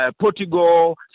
Portugal